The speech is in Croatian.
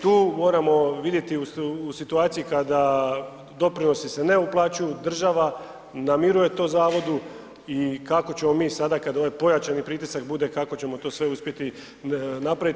Tu moramo vidjeti u situaciji kada se doprinosi ne uplaćuju, država namiruje to zavodu i kako ćemo mi sada kada ovaj pojačani pritisak bude kako ćemo to sve uspjeti napraviti.